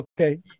okay